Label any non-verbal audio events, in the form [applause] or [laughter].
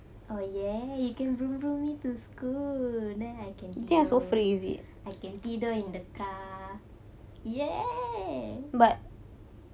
oh !yay! can [noise] to school then I can tidur I can tidur in the car !yay!